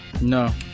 no